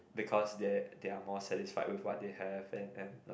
because they they are more satisfied with what they have and and like